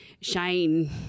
shane